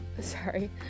sorry